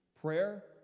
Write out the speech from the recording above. prayer